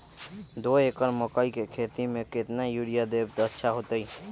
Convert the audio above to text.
दो एकड़ मकई के खेती म केतना यूरिया देब त अच्छा होतई?